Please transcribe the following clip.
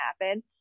happen